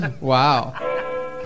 Wow